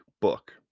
book